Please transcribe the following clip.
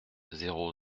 zéro